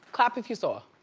clap if you saw. ah